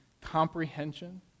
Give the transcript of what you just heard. Comprehension